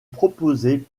proposés